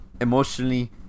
emotionally